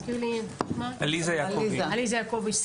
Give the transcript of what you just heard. עליזה יעקובי,